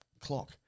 clock